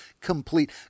complete